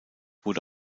wurde